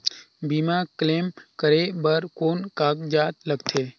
बीमा क्लेम करे बर कौन कागजात लगथे?